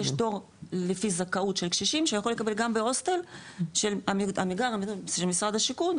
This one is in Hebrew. יש תור לפי זכאות של קשישים שיכול לקבל גם בהוסטל של משרד השיכון.